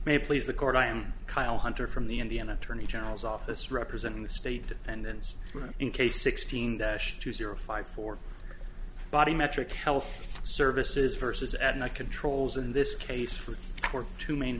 may please the court i am kyle hunter from the indian attorney general's office representing the state defendants in case sixteen dash two zero five for body metric health services versus at night controls in this case for two main